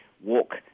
walk